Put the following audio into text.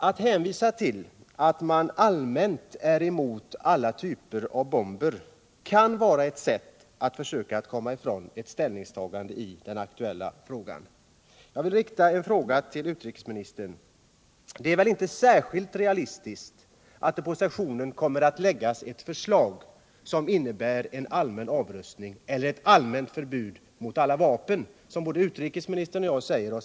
Att hänvisa till att man allmänt är emot alla typer av bomber kan vara ett sätt att försöka komma ifrån ett ställningstagande i den aktuella frågan. Jag vill rikta frågan till utrikesministern: Är det särskilt realistiskt att tro att det under sessionen kommer att läggas fram ett förslag som innebär ett allmänt förbud mot alla vapen?